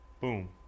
Boom